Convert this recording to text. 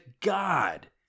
God